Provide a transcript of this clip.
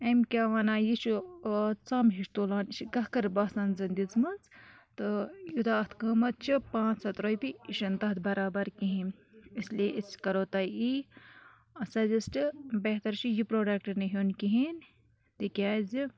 M کیاہ ونان یہِ چھُ ژم ہِش تُلان یہِ چھُ گٔکھرباسان زَن دِژمژ تہٕ یوتاہ اتھ قۭمتھ چھُ پانژھ ہَتھ رۄپیہ یہِ چھُنہ تتھ برابر کِہینۍ اسلیے أسۍ کَرو تۄہہ یی سَجسٹ بہتر چھُ یہِ پروڑکٹ نہٕ ہیٚون کِہینۍ تہِ کیازِ